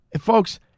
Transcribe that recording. Folks